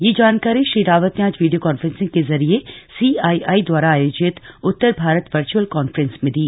यह जानकारी श्री रावत ने आज वीडियो कॉन्फ्रेंसिंग के जरिए सीआईआई द्वारा आयोजित उत्तर भारत वर्चअल कॉन्फ्रेंस में दी